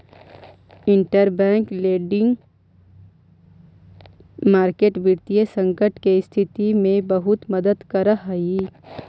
interbank lending market वित्तीय संकट के स्थिति में बहुत मदद करऽ हइ